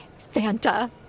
Fanta